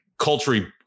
culturally